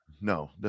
no